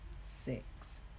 six